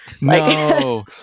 No